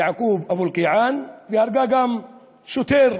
יעקוב אבו אלקיעאן, והרגה גם שוטר